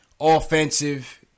Offensive